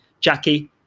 Jackie